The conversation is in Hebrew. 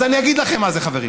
אז אני אגיד לכם מה זה, חברים.